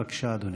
בבקשה, אדוני.